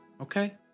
Okay